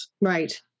Right